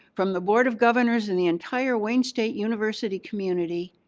from the board of governors and the entire wayne state university community,